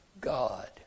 God